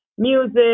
music